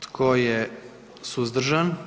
Tko je suzdržan?